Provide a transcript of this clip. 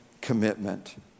commitment